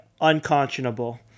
unconscionable